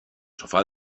sofá